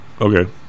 Okay